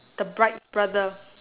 the bride's brother